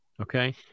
Okay